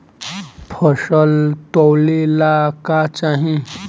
फसल तौले ला का चाही?